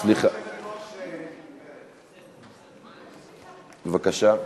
עברה בקריאה שנייה ובקריאה שלישית.